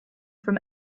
from